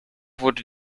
wurde